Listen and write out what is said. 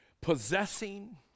possessing